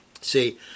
see